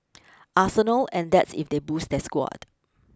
arsenal and that's if they boost their squad